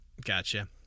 Gotcha